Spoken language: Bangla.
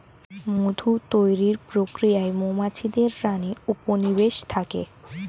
মধু তৈরির প্রক্রিয়াতে মৌমাছিদের রানী উপনিবেশে থাকে